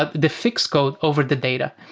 but the fixed code over the data.